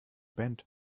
band